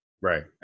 Right